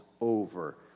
over